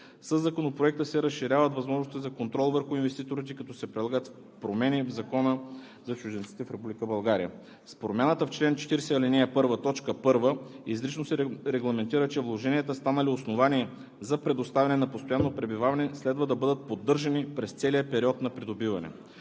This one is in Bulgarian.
Със Законопроекта се разширяват възможностите за контрол върху инвеститорите, като се предлагат промени в Закона за чужденците в Република България. С промяната в чл. 40, ал. 1, т. 1 изрично се регламентира, че вложенията, станали основание за предоставяне на постоянно пребиваване, следва да бъдат поддържани през целия период на придобиване.